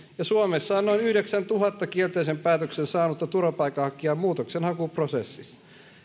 ja suomessa on noin yhdeksäntuhannen kielteisen päätöksen saanutta turvapaikanhakijaa muutoksenhakuprosessissa